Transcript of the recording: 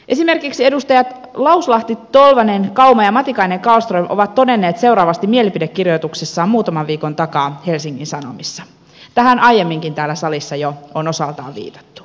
esimerkiksi edustajat lauslahti tolvanen kauma ja matikainen kallström ovat todenneet seuraavasti mielipidekirjoituksessaan muutaman viikon takaa helsingin sanomissa tähän aiemminkin täällä salissa jo on osaltaan viitattu